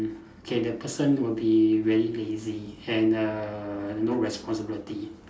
okay the person will be very lazy and uh no responsibility